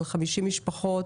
על 50 משפחות